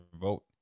vote